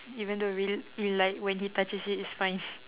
even though we'll he like when he touches it it's fine